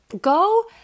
go